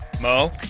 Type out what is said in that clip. Mo